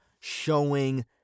showing